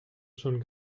schon